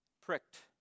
Pricked